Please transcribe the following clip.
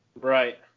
Right